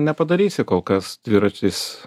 nepadarysi kol kas dviratis